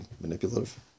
Manipulative